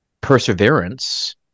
perseverance